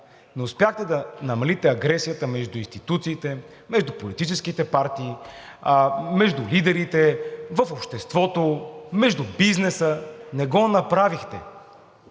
не успяхте да намалите агресията между институциите, между политическите партии, между лидерите, в обществото, между бизнеса. Не го направихте!